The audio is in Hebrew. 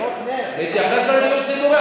אתייחס גם לדיור ציבורי,